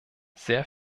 sehr